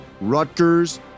Rutgers